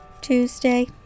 Tuesday